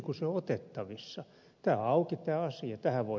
tämä on auki tämä asia